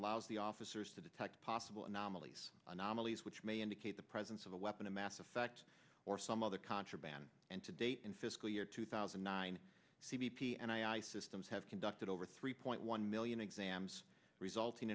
allows the officers to detect possible anomalies anomalies which may indicate the presence of a weapon of mass effect or some other contraband and to date in fiscal year two thousand and nine c b p and i i systems have conducted over three point one million exams resulting